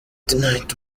knight